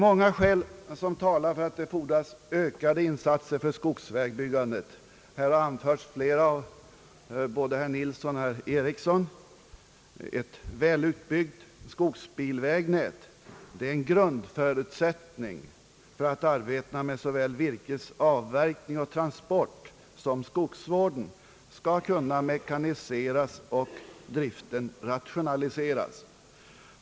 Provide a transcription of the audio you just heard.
Många skäl talar för att det fordras ökade insatser för skogsvägbyggandet. Såsom både herr Nilsson och herr Eriksson har anfört är ett utbyggt skogsbilvägnät en grundförutsättning för att arbetena när det gäller såväl virkets avverkning och transport som skogsvården skall kunna mekaniseras och driften rationaliseras.